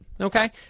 okay